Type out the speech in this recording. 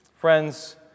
Friends